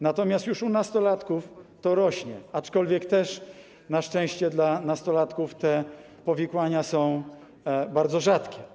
Natomiast już u nastolatków to ryzyko rośnie, aczkolwiek też na szczęście u nastolatków powikłania są bardzo rzadkie.